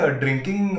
drinking